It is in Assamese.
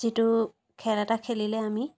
যিটো খেল এটা খেলিলে আমি